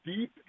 deep